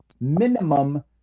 minimum